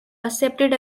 accepted